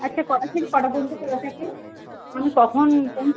আচ্ছা কটা থেকে কটা পর্যন্ত খোলা থাকে আমি কখন কোন